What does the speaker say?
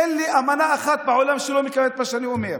תן לי אמנה אחת בעולם שלא מקבלת את מה שאני אומר.